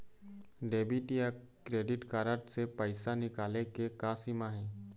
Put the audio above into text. Debit या credit card से पैसा निकाले के का सीमा हे?